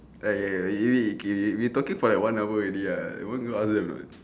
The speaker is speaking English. !aiya! eh K we are talking for like one hour already ya want go ask them or not